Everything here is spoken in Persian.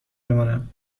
بمانم